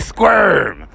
Squirm